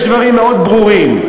יש דברים מאוד ברורים.